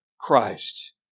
Christ